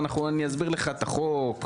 ואני אסביר לך את החוק,